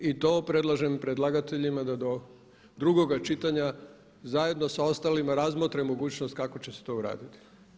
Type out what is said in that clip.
I to predlažem predlagateljima da do drugoga čitanje zajedno sa ostalima razmotre mogućnost kako će se to uraditi.